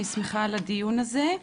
אני שמחה על הדיון הזה.